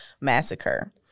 massacre